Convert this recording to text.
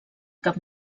cap